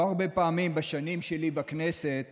לא הרבה פעמים בשנים שלי בכנסת